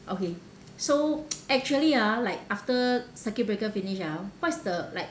okay so actually ah like after circuit breaker finish ah what's the like